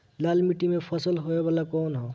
लाल मीट्टी में होए वाला फसल कउन ह?